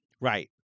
Right